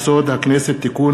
הצעת חוק-יסוד: הכנסת (תיקון,